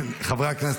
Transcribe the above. חברי הכנסת,